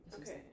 Okay